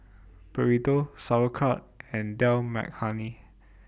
Burrito Sauerkraut and Dal Makhani